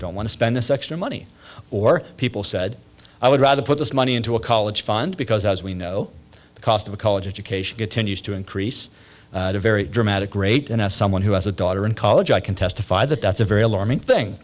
don't want to spend this extra money or people said i would rather put this money into a college fund because as we know the cost of a college education continues to increase very dramatic rate and as someone who has a daughter in college i can testify that that's a very alarming thing